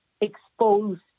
exposed